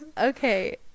okay